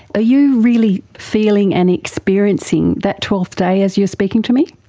you really feeling and experiencing that twelfth day as you are speaking to me?